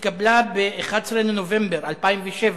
שנתקבלה ב-11 בנובמבר 2007,